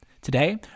Today